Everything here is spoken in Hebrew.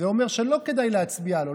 זה אומר שלא כדאי להצביע לו,